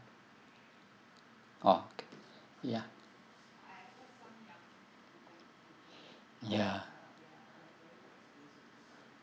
oh ya ya